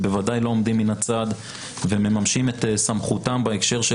ובוודאי לא עומדים מן הצד ומממשים את סמכותם בהקשר של